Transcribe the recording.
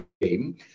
game